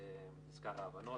מזכר ההבנות,